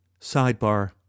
Sidebar